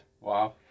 Wow